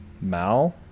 mal